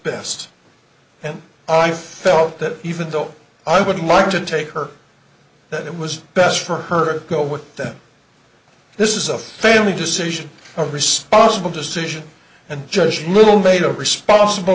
best and i felt that even though i would like to take her that it was best for her go with that this is a family decision a responsible decision and judge little made a responsible